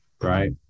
right